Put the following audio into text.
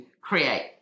create